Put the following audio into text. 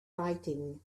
fighting